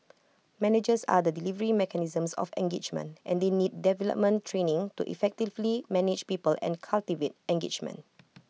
managers are the delivery mechanism of engagement and they need development training to effectively manage people and cultivate engagement